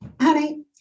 honey